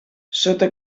sota